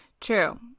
True